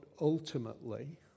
ultimately